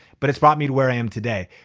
but it's brought me to where i am today.